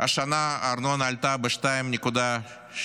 השנה הארנונה עלתה ב-2.68%,